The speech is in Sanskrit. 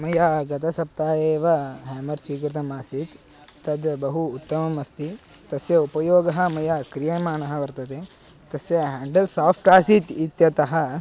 मया गतसप्ताहे एव हेमर् स्वीकृतमासीत् तद् बहु उत्तमम् अस्ति तस्य उपयोगः मया क्रियमाणः वर्तते तस्य हेण्डल् साफ़्ट् आसीत् इत्यतः